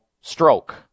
Stroke